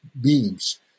beings